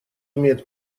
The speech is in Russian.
имеет